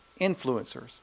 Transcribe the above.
influencers